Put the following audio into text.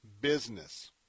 business